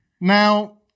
Now